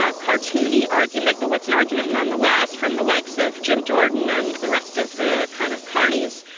ah cartoony argument. but what's an argument, nonetheless, from the likes of jim jordan and the rest of the kind of carnies,